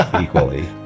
equally